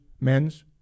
men's